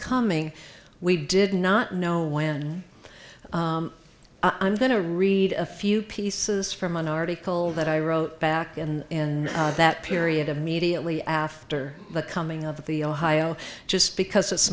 coming we did not know when i'm going to read a few pieces from an article that i wrote back in that period immediately after the coming of the ohio just because it's